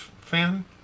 fan